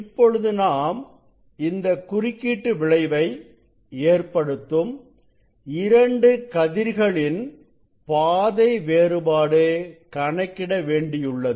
இப்பொழுது நாம் இந்த குறுக்கீட்டு விளைவை ஏற்படுத்தும் இரண்டு கதிர்களின் பாதை வேறுபாடு கணக்கிட வேண்டியுள்ளது